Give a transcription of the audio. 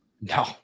No